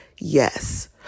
Yes